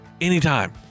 anytime